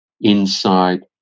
inside